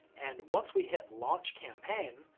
and once we hit launch campaign,